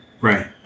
Right